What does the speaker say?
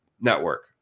network